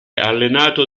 allenato